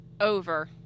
Over